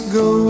go